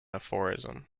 aphorism